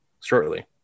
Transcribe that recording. shortly